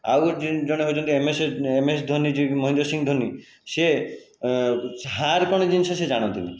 ଆଉ ଜଣେ ହେଉଛନ୍ତି ଏମଏସ୍ ଏମଏସ୍ ଧୋନି ଯିଏକି ମହେନ୍ଦ୍ର ସିଂ ଧୋନି ସିଏ ହାର କଣ ଜିନିଷ ସେ ଜାଣନ୍ତିନି